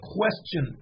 question